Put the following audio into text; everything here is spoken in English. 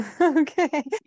okay